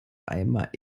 einfach